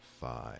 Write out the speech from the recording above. five